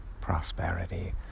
prosperity